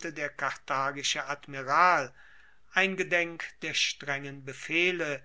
der karthagische admiral eingedenk der strengen befehle